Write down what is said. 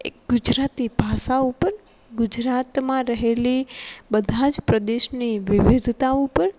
એક ગુજરાતી ભાષા ઉપર ગુજરાતમાં રહેલી બધા જ પ્રદેશની વિવિધતા ઉપર